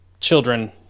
children